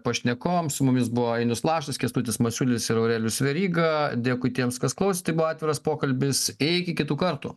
pašnekovam su mumis buvo ainius lašas kęstutis masiulis ir aurelijus veryga dėkui tiems kas klausė tai buvo atviras pokalbis iki kitų kartų